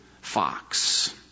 fox